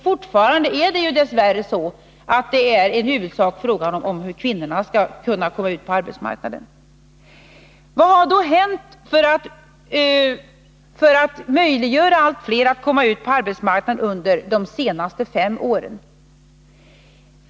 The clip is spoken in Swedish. Fortfarande är det dess värre så, att det i huvudsak är fråga om hur kvinnorna skall kunna komma ut i förvärvsarbete. Vad har då hänt som kan ha möjliggjort att flera kommit ut på arbetsmarknaden under de senaste fem åren?